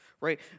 right